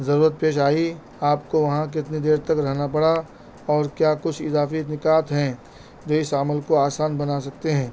ضرورت پیش آئی آپ کو وہاں کتنی دیر تک رہنا پڑا اور کیا کچھ اضافی نکات ہیں جو اس عمل کو آسان بنا سکتے ہیں